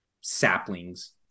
saplings